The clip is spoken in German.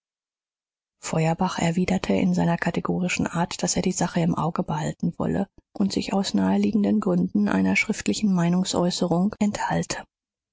feuerbach erwiderte in seiner kategorischen art daß er die sache im auge behalten wolle und sich aus naheliegenden gründen einer schriftlichen meinungsäußerung enthalte